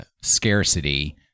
scarcity